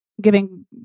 giving